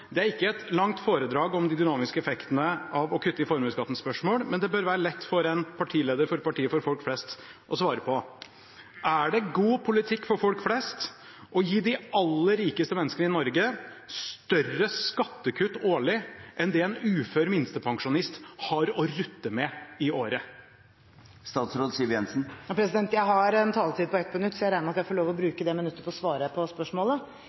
Det er ikke et langt foredrag om de-dynamiske-effektene-av-å-kutte-i-formuesskatten-spørsmål, men det bør være lett for en partileder fra partiet for folk flest å svare på. Er det god politikk for folk flest å gi de aller rikeste menneskene i Norge større skattekutt årlig enn det en ufør minstepensjonist har å rutte med i året? Jeg har en taletid på 1 minutt, så jeg regner med at jeg får lov å bruke det minuttet til å svare på spørsmålet.